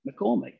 McCormick